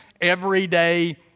everyday